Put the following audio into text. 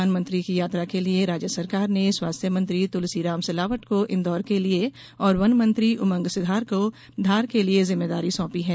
प्रधानमंत्री की यात्रा के लिये राज्य सरकार ने स्वास्थ्य मंत्री तुलसीराम सिलावट को इंदौर के लिये और वन मंत्री उमंग सिघार को धार के लिये जिम्मेदारी सौंपी है